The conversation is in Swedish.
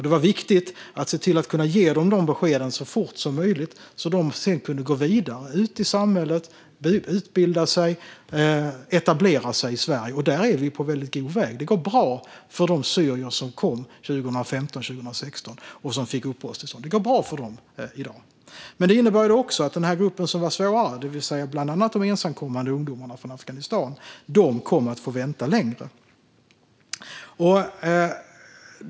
Det var viktigt att se till att kunna ge dem de beskeden så fort som möjligt så att de sedan kunde gå vidare ut i samhället, utbilda sig och etablera sig i Sverige. Där är vi på väldigt god väg. Det går bra för de syrier som kom 2015-2016 och fick uppehållstillstånd. Det går bra för dem i dag. Det innebär också att den grupp som var svårare - bland annat de ensamkommande ungdomarna från Afghanistan - kommer att få vänta längre.